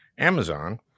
Amazon